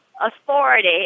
authority